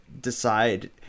decide